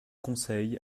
conseil